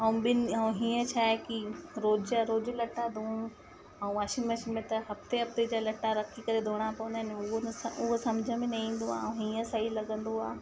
ऐं ॿिनि ऐं हीअं छा आहे की रोज जा रोज लट्टा धोऊं ऐं वॉशिंग मशीन में त हफ्ते हफ्ते जा लट्टा रखी करे धोइणा पवंदा आहिनि उहो न सम उहो सम्झि में न ईंदो आहे ऐं हीअं सही लगंदो आहे